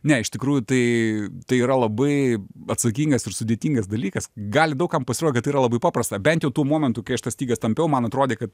ne iš tikrųjų tai tai yra labai atsakingas ir sudėtingas dalykas gali daug kam pasirodyt kad tai yra labai paprasta bent jau tuo momentu kai aš tas stygas tampiau man atrodė kad